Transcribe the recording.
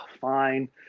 fine